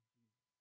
Jesus